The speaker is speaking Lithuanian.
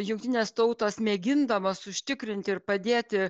jungtinės tautos mėgindamos užtikrinti ir padėti